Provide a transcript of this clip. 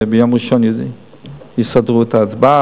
ביום ראשון יסדרו את ההצעה,